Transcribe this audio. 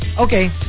Okay